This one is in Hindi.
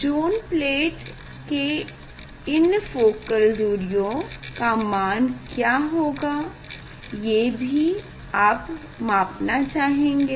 ज़ोन प्लेट के इन फोकल दूरियों का मान क्या होगा ये भी आप मापना चाहेंगे